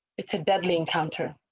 it's a deadly encounter.